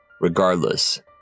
Regardless